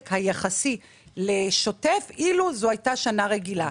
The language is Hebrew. היחסי לשוטף אילו זאת היתה שנה רגילה.